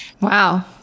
Wow